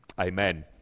amen